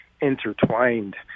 intertwined